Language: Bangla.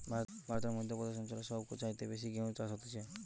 ভারতের মধ্য প্রদেশ অঞ্চল সব চাইতে বেশি গেহু চাষ হতিছে